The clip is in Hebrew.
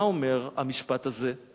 מה אומר המשפט הזה?